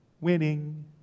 Winning